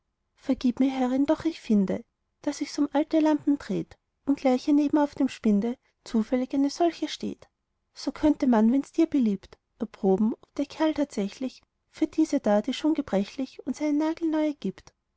vergib mir herrin doch ich finde da sich's um alte lampen dreht und gleich hier neben auf dem spinde zufällig eine solche steht so könnte man wenn's dir beliebt erproben ob der kerl tatsächlich für diese da die schon gebrechlich uns eine nagelneue gibt